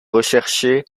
recherché